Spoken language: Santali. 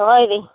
ᱫᱚᱦᱚᱭᱮᱫᱤᱧ